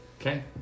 Okay